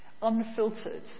unfiltered